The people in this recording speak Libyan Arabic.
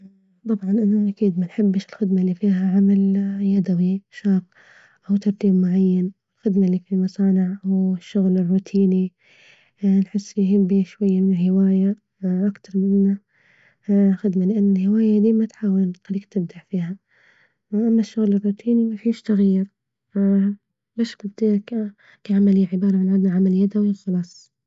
طبعا أنا أكيد منحبش الخدمة اللي فيها عمل يدوي شاق أو ترتيب معين أو الخدمة اللي في المصانع والشغل الروتيني، نحس شوية من هواية أكتر منه خدمة لأن الهواية دي ما تحاول إن طريج إبداع فيها الشغل الروتيني مفيش تغيير، مشكلته كعمل عبارة عن عمل يدوي وخلاص.